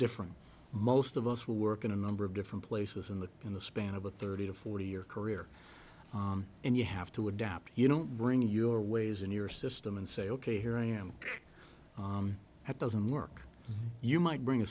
different most of us will work in a number of different places in the in the span of a thirty to forty year career and you have to adapt you don't bring your ways in your system and say ok here i am at doesn't work you might bring a